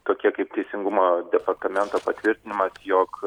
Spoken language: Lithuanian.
tokie kaip teisingumo departamento patvirtinimas jog